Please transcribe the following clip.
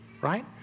right